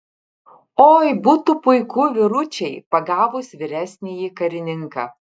oi būtų puiku vyručiai pagavus vyresnįjį karininką